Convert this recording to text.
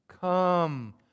come